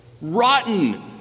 rotten